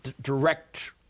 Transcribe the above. direct